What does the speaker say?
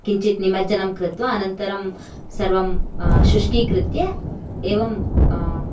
किञ्चित् निमर्जनं कृत्वा अनन्तरं सर्वं शुश्कीकृत्य एवं